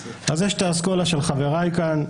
אז יש את האסכולה של חבריי כאן,